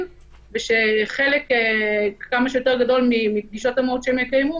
ושחלק גדול מפגישות המהו"ת שהם יקיימו